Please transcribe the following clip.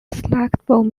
selectable